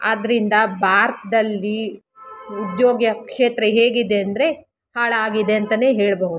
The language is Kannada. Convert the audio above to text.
ಆದ್ದರಿಂದ ಭಾರತದಲ್ಲಿ ಉದ್ಯೋಗಿಯ ಕ್ಷೇತ್ರ ಹೇಗಿದೆ ಅಂದರೆ ಹಾಳಾಗಿದೆ ಅಂತಲೇ ಹೇಳಬಹುದು